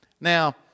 Now